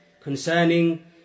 concerning